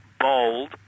bold